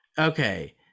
okay